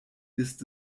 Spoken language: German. ist